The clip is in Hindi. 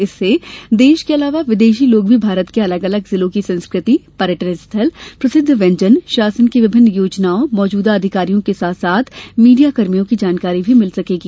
इससे देश के अलावा विदेशी लोग भी भारत के अलग अलग जिलों की संस्कृति पर्यटन स्थल प्रसिद्द व्यंजन शासन की विभिन्न योजनाओं मौजूदा अधिकारियों के साथ साथ मीडिया कर्मियों की जानकारी भी मिल सकेगी